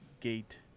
gate